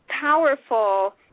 powerful